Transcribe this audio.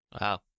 Wow